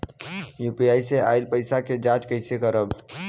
UPI से आइल पईसा के जाँच कइसे करब?